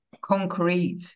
concrete